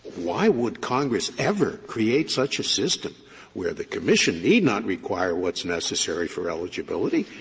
why would congress ever create such a system where the commission need not require what's necessary for eligibility,